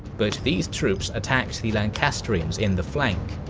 but these troops attacked the lancastrians in the flank.